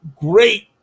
great